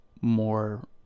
more